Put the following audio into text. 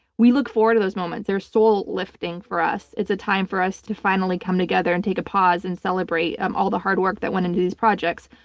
we look forward to those moments. they're soul lifting for us. it's a time for us to finally come together and take a pause and celebrate um all the hard work that went into these projects.